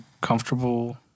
comfortable